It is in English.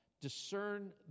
discern